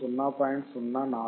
047 microfarad